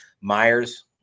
Myers